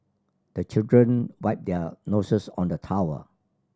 the children wipe their noses on the towel